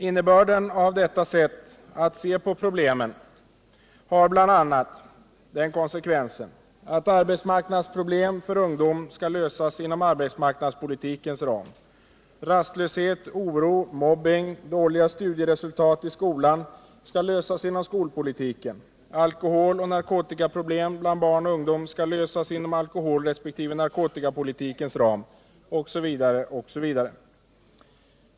Innebörden i detta sätt att se på problemet har bl.a. den konsekvensen att arbetsmarknadsproblem för ungdom skall lösas inom arbetsmarknadspolitikens ram, att sådana problem som rastlöshet, oro, mobbning och dåliga studieresultat i skolan skall lösas inom skolpolitikens ram, att alkoholoch narkotikaproblem bland barn och ungdom skall lösas inom alkoholresp. narkotikapolitikens ram, osv.